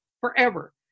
forever